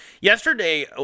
Yesterday